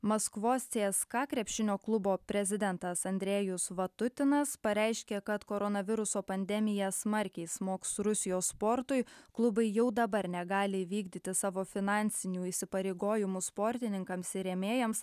maskvos cska krepšinio klubo prezidentas andrejus vatutinas pareiškė kad koronaviruso pandemija smarkiai smogs rusijos sportui klubai jau dabar negali įvykdyti savo finansinių įsipareigojimų sportininkams ir rėmėjams